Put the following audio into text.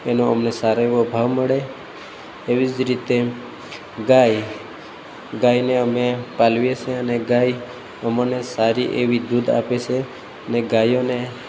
એનો અમને સારો એવો ભાવ મળે એવી જ રીતે ગાય ગાયને અમે પાલવીએ છીએ અને ગાય અમને સારી એવી દૂધ આપે છે અને ગાયોને